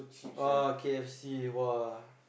oh K_F_C !wah!